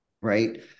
right